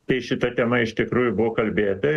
tai šita tema iš tikrųjų buvo kalbėta